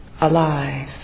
alive